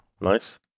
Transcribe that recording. Nice